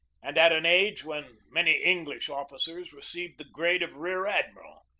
and at an age when many english officers receive the grade of rear-admiral,